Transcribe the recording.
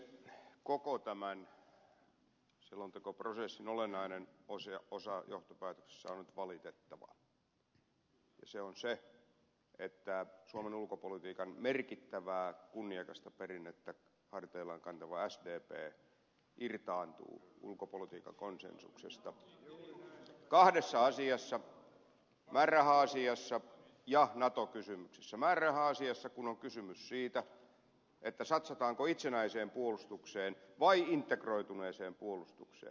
koko tämän selontekoprosessin olennainen osa johtopäätöksessä on nyt valitettava ja se on se että suomen ulkopolitiikan merkittävää kunniakasta perinnettä harteillaan kantava sdp irtaantuu ulkopolitiikan konsensuksesta kahdessa asiassa määräraha asiassa ja nato kysymyksessä määräraha asiassa kun on kysymys siitä satsataanko itsenäiseen puolustukseen vai integroituneeseen puolustukseen